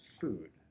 food